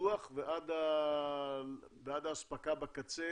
מהקידוח ועד האספקה בקצה